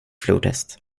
flodhäst